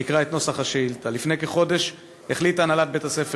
אני אקרא את נוסח השאילתה: לפני כחודש החליטה הנהלת בית-הספר